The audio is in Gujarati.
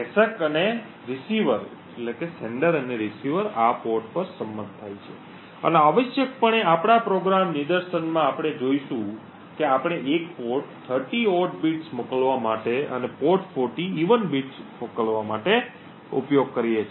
પ્રેષક અને પ્રાપ્તકર્તા આ પોર્ટ પર સંમત થાય છે અને આવશ્યકપણે આપણા પ્રોગ્રામ નિદર્શનમાં આપણે જોશું કે આપણે એક પોર્ટ 30 ઓડ બિટ્સ મોકલવા માટે અને પોર્ટ 40 Even બિટ્સ મોકલવા માટે ઉપયોગ કરીએ છીએ